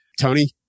Tony